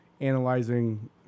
analyzing